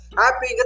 happy